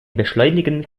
beschleunigen